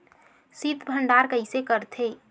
शीत भंडारण कइसे करथे?